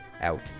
out